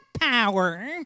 power